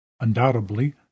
Undoubtedly